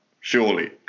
surely